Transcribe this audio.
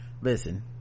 Listen